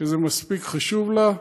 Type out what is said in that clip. שזה מספיק חשוב לה,